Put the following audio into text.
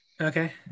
Okay